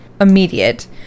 immediate